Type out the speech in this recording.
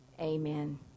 amen